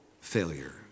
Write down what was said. failure